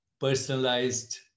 personalized